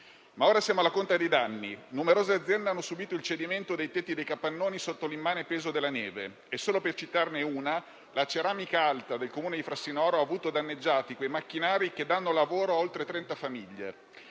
Ora siamo però alla conta dei danni. Numerose aziende hanno subito il cedimento dei tetti dei capannoni sotto l'immane peso della neve e - solo per citarne una - lo stabilimento della Ceramica Alta del Comune di Frassinoro ha avuto danneggiati quei macchinari che danno lavoro a oltre 30 famiglie.